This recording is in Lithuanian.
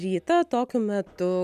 rytą tokiu metu